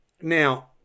now